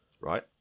right